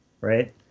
right